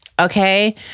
okay